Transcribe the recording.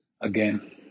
Again